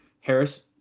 Harris